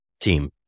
team